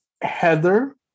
Heather